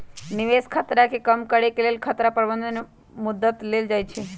निवेश खतरा के कम करेके लेल खतरा प्रबंधन के मद्दत लेल जाइ छइ